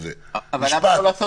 אבל יש לנו עוד דברים,